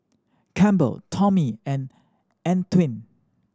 Campbell Tommie and Antwain